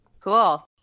Cool